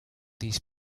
these